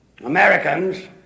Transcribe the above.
Americans